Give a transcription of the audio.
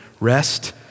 rest